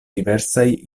diversaj